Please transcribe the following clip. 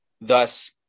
thus